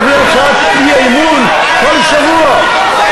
להביא הצעת אי-אמון כל שבוע.